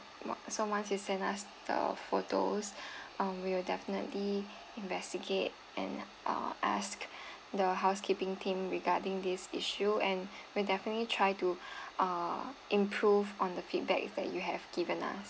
onc~ so once you send us the photos um we will definitely investigate and uh ask the housekeeping team regarding this issue and we'll definitely try to uh improve on the feedback that you have given us